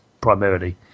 primarily